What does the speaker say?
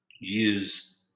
use